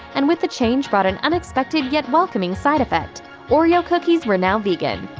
and with the change brought an unexpected, yet welcoming, side effect oreo cookies were now vegan.